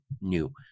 new